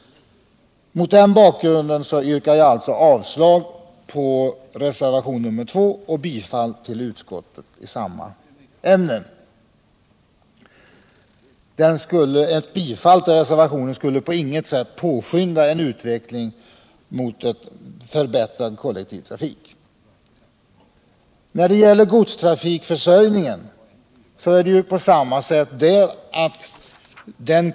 Mot den bakgrunden yrkar jag alltså avslag på reservationen 2 och bifall till utskottets hemställan i motsvarande del. Ett bifall till reservationen skulle på intet sätt påskynda en utveckling i riktning mot en förbättrad kollektivtrafik. När det gäller godstrafikförsörjningen är det på samma sätt.